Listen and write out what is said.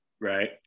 right